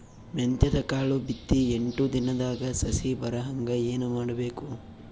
ಮೆಂತ್ಯದ ಕಾಳು ಬಿತ್ತಿ ಎಂಟು ದಿನದಾಗ ಸಸಿ ಬರಹಂಗ ಏನ ಮಾಡಬೇಕು?